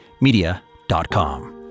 Media.com